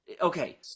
Okay